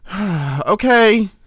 Okay